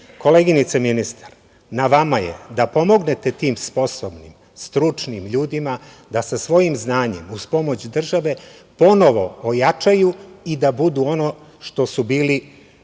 Koleginice ministar, na vama je da pomognete tim sposobnim, stručnim ljudima da sa svojim znanjem, uz pomoć države ponovo ojačaju i da budu ono što su bili